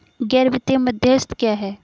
गैर वित्तीय मध्यस्थ क्या हैं?